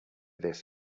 this